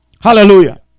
Hallelujah